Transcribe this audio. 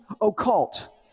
occult